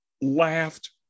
laughed